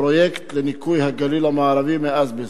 פרויקט לניקוי הגליל המערבי מאזבסט.